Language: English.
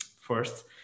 first